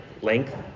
length